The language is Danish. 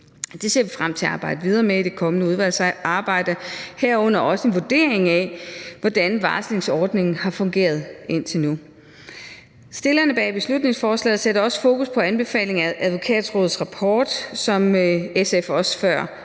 det ser vi frem til at arbejde videre med i det kommende udvalgsarbejde, herunder også en vurdering af, hvordan varslingsordningen har fungeret indtil nu. Stillerne bag beslutningsforslaget sætter også fokus på anbefalingen fra Advokatrådets rapport, som SF også før